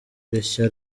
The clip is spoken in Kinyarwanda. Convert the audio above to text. rishya